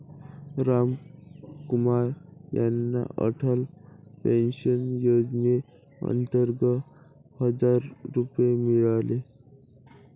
रामकुमार यांना अटल पेन्शन योजनेअंतर्गत हजार रुपये मिळाले